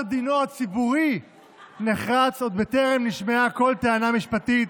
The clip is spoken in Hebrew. דינו הציבורי נחרץ עוד טרם נשמעה כל טענה משפטית